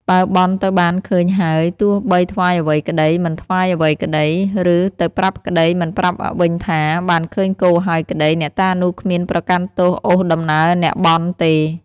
បើបន់ទៅបានឃើញហើយ ទោះបីថ្វាយអ្វីក្ដី មិនថ្វាយអ្វីក្ដី ឬ ទៅប្រាប់ក្ដី មិនប្រាប់វិញថា បានឃើញគោហើយក្ដី អ្នកតានោះគ្មានប្រកាន់ទោសអូសដំណើរអ្នកបន់ទេ ។